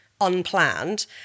unplanned